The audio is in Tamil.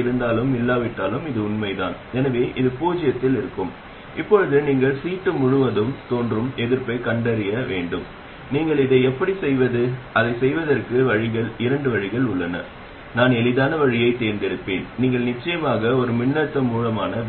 எனவே அவை செயல்பாட்டில் மிகவும் ஒத்தவை அதனால்தான் இந்த குறிப்பிட்ட பெருக்கி பல முறை மூல சிதைவுடன் கூடிய பொதுவான மூல